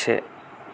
से